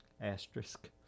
Asterisk